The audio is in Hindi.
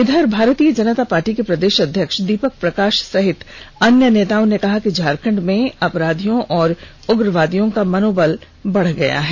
इधर भारतीय जनता पार्टी के प्रदेष अध्यक्ष दीपक प्रकाष सहित अन्य नेताओं ने कहा कि झारखंड में अपराधियों और उग्रवादियों का मनोबल बढ़ गया है